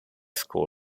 school